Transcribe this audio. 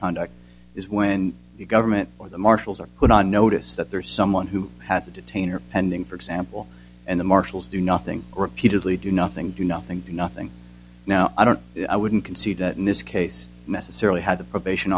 conduct is when the government or the marshals are put on notice that they're someone who has to detain or pending for example and the marshals do nothing repeatedly do nothing do nothing do nothing now i don't i wouldn't concede that in this case messily had the probation